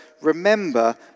remember